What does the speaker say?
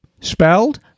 spelled